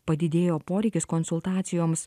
padidėjo poreikis konsultacijoms